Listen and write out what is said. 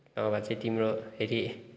नभए चाहिँ तिम्रो फेरि